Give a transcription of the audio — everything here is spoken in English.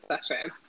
session